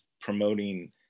promoting